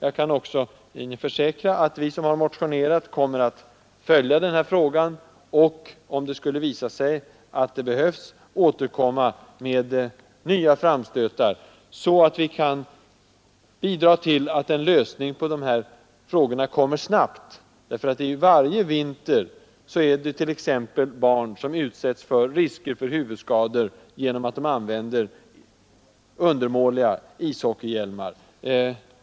Jag kan också försäkra att vi som har motionerat kommer att följa frågan, och om det visar sig att det behövs skall vi återkomma med nya framstötar, så att vi kan bidra till att en lösning av dessa frågor kommer snabbt. Varje vinter utsätts t.ex. barn för risker för huvudskador genom att de använder undermåliga ishockeyhjälmar.